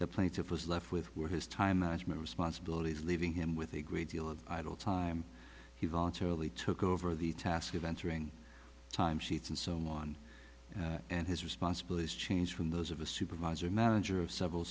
plaintiff was left with were his time management responsibilities leaving him with a great deal of idle time he voluntarily took over the task of entering time sheets and so on and his responsibilities change from those of a supervisor manager of several